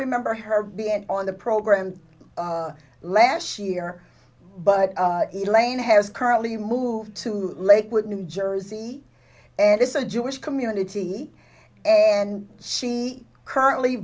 remember her being on the program last year but lane has currently moved to lakewood new jersey and is a jewish community and she currently